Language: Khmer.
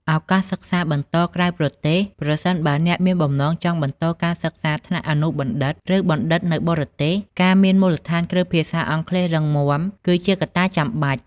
ឱកាសសិក្សាបន្តក្រៅប្រទេស ប្រសិនបើអ្នកមានបំណងចង់បន្តការសិក្សាថ្នាក់អនុបណ្ឌិត ឬបណ្ឌិតនៅបរទេស ការមានមូលដ្ឋានគ្រឹះភាសាអង់គ្លេសរឹងមាំគឺជាកត្តាចាំបាច់។